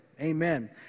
Amen